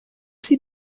sie